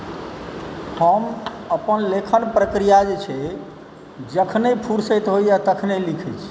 हम अपन लेखन प्रक्रिया जे छै जखने फुर्सति होइया तखने लिखै छी